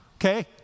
Okay